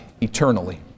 eternally